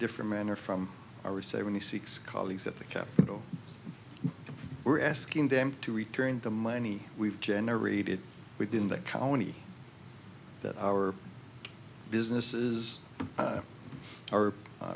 different manner from or seventy six colleagues at the capitol we're asking them to return the money we've generated within that county that our businesses